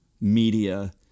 media